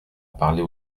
parler